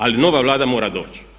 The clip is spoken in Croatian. Ali nova Vlada mora doći.